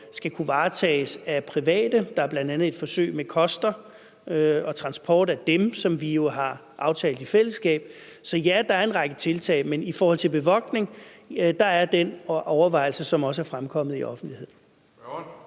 skal kunne varetages af private. Der er bl.a. et forsøg med koster og transport af dem, som vi jo har aftalt i fællesskab. Så, ja, der er en række tiltag, men i forhold til bevogtning er det en overvejelse, som også er fremkommet i offentligheden.